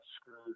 screwed